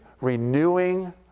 renewing